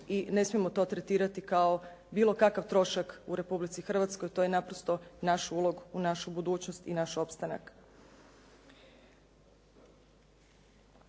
i ne smijemo to tretirati kao bilo kakav trošak u Republici Hrvatskoj. To je naprosto naš ulog u našu budućnost i naš opstanak.